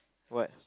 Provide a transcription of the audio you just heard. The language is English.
what